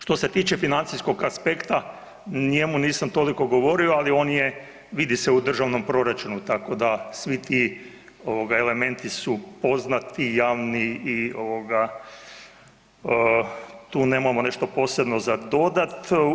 Što se tiče financijskog aspekta, njemu nisam toliko govorio, ali on je, vidi se u državnom proračunu, tako da svi ti elementi su poznati, javni i tu nemamo nešto posebno za dodati.